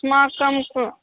अस्माकं तु